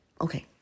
Okay